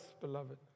beloved